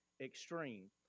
extreme